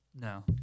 No